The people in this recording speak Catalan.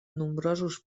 nombrosos